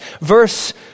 verse